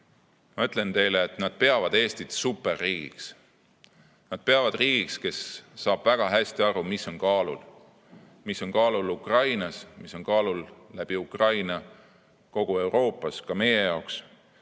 infovahetuses, et nad peavad Eestit superriigiks. Nad peavad Eestit riigiks, kes saab väga hästi aru, mis on kaalul – mis on kaalul Ukrainas, mis on kaalul Ukraina kaudu kogu Euroopas, ka meie jaoks.